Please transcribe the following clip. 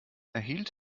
erhielt